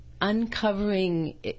uncovering